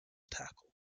tackle